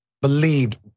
believed